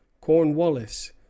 Cornwallis